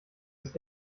ist